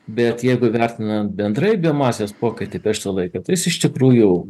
bet jeigu vertinant bendrai masės pokytį prieš tai jis iš tikrųjų